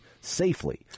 safely